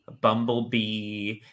bumblebee